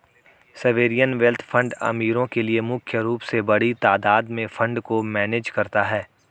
sovereign wealth fund अमीरो के लिए मुख्य रूप से बड़ी तादात में फंड को मैनेज करता है